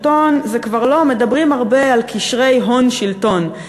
מדברים הרבה על קשרי הון שלטון,